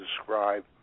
describe